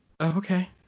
Okay